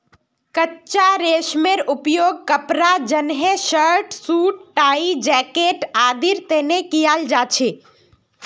कच्चा रेशमेर उपयोग कपड़ा जंनहे शर्ट, सूट, टाई, जैकेट आदिर तने कियाल जा छे